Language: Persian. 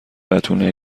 بتونه